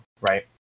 right